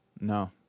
no